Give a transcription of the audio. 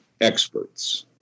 experts